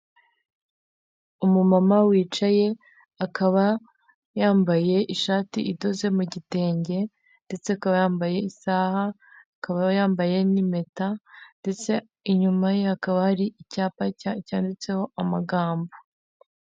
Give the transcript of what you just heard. Umumama wicaye akaba yambaye ishati idoze mu gitenge, ndetse akaba yambaye isaha akaba yambaye n'impeta, ndetse inyuma ye hakaba hari icyapa cyanditseho amagambo.